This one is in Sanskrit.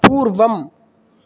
पूर्वम्